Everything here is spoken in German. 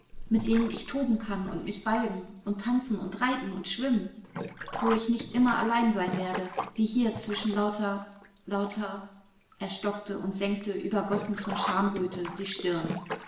mit denen ich toben kann und mich balgen und tanzen und reiten und schwimmen wo ich nicht immer allein sein werde wie hier zwischen lauter lauter er stockte und senkte übergossen von schamröte die stirn